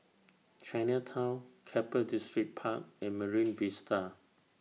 Chinatown Keppel Distripark and Marine Vista